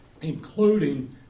including